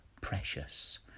precious